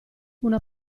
una